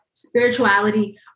Spirituality